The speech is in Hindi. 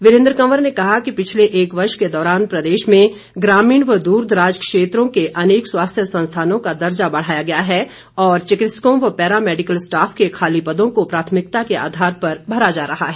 वीरेंद्र कंवर ने कहा कि पिछले एक वर्ष के दौरान प्रदेश में ग्रामीण व दूरदराज क्षेत्रों के अनेक स्वास्थ्य संस्थानों का दर्जा बढ़ाया गया है और चिकित्सकों व पैरा मैडिकल स्टॉफ के खाली पदों को प्राथमिकता के आधार पर भरा जा रहा है